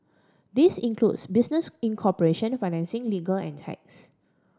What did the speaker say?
this includes business incorporation financing legal and tax